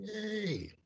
Yay